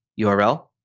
URL